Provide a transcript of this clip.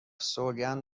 سوگند